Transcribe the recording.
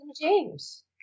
James